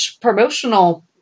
promotional